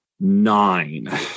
nine